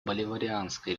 боливарианской